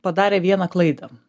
padarė vieną klaidą